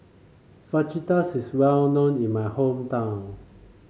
fajitas is well known in my hometown